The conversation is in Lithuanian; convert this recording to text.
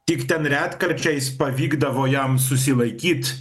tik ten retkarčiais pavykdavo jam susilaikyt